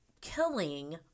killing